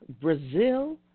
Brazil